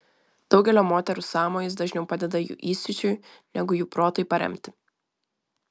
daugelio moterų sąmojis dažniau padeda jų įsiūčiui negu jų protui paremti